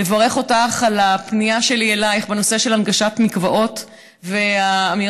לברך אותך על התשובה על הפנייה שלי אלייך בנושא של הנגשת מקוואות והאמירה